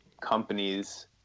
companies